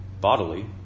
bodily